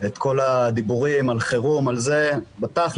את כל הדיבורים על חירום בתכל'ס,